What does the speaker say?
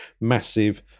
massive